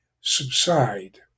subside